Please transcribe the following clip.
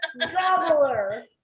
Gobbler